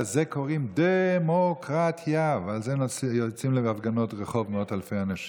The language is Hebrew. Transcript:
לזה קוראים דמוקרטיה ועל זה יוצאים להפגנות רחוב מאות אלפי אנשים,